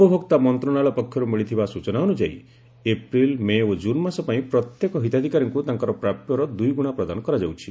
ଉପଭୋକ୍ତା ମନ୍ତ୍ରଶାଳୟ ପକ୍ଷରୁ ମିଳିଥିବା ସୂଚନା ଅନୁଯାୟୀ ଏପ୍ରିଲ୍ ମେ ଓ ଜୁନ୍ ମାସ ପାଇଁ ପ୍ରତ୍ୟେକ ହିତାଧିକାରୀଙ୍କୁ ତାଙ୍କର ପ୍ରାପ୍ୟର ଦୁଇଗୁଣା ପ୍ରଦାନ କରାଯାଉଛି